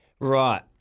Right